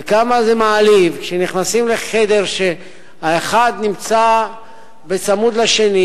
וכמה זה מעליב כשנכנסים לחדר כשהאחד נמצא בצמוד לשני,